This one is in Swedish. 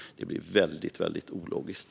Det blir väldigt ologiskt.